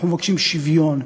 אנחנו מבקשים שוויון,